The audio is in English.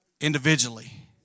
individually